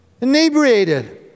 Inebriated